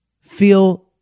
feel